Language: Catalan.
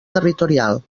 territorial